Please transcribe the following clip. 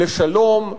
לשלום,